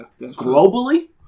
Globally